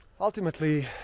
Ultimately